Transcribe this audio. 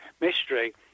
mystery